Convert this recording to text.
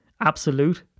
absolute